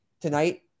tonight